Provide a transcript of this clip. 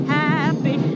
happy